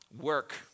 work